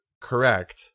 correct